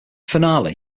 finale